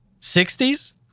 60s